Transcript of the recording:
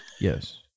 Yes